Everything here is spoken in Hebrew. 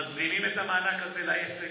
מזרימים את המענק הזה לעסק,